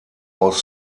aus